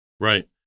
right